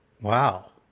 Wow